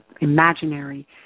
imaginary